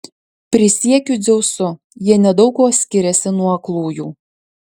prisiekiu dzeusu jie nedaug kuo skiriasi nuo aklųjų